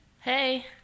hey